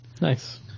Nice